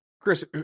chris